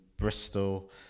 Bristol